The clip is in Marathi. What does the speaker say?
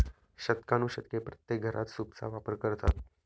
शतकानुशतके प्रत्येक घरात सूपचा वापर करतात